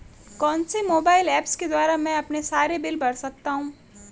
कौनसे mobile apps के द्वारा मैं अपने सारे बिल भर सकता हूं?